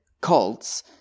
cults